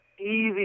easy